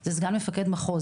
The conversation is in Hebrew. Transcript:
הוא סגן מפקד מחוז